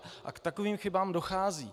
A k takovým chybám dochází.